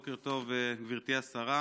בוקר טוב, גברתי השרה.